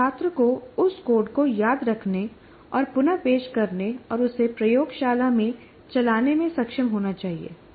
और छात्र को उस कोड को याद रखने और पुन पेश करने और उसे प्रयोगशाला में चलाने में सक्षम होना चाहिए